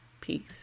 Peace